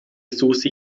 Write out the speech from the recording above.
susi